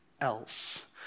else